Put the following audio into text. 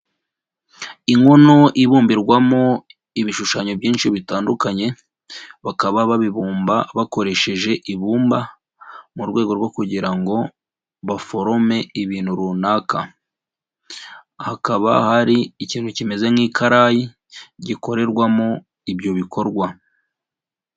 Inkono ibumbirwamo ibishushanyo byinshi bitandukanye, bakaba babibumba bakoresheje ibumba, mu rwego rwo kugira ngo baforome ibintu runaka. Hakaba hari ikintu kimeze nk'ikarayi, gikorerwamo ibyo bikorwa.